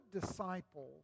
disciple